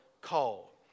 call